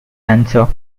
answer